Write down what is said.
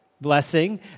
blessing